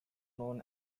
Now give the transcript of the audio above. known